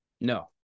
No